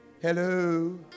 hello